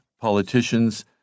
politicians